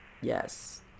Yes